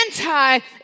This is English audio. anti